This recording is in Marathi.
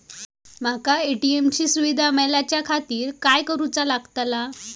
माका ए.टी.एम ची सुविधा मेलाच्याखातिर काय करूचा लागतला?